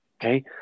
Okay